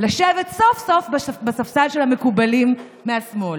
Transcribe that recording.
לשבת סוף-סוף בספסל של המקובלים מהשמאל.